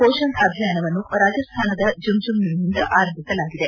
ಮೋಷಣ್ ಅಭಿಯಾನವನ್ನು ರಾಜಸ್ಥಾನದ ಜುಂಜುನುವಿನಿಂದ ಆರಂಭಿಸಲಾಗಿದೆ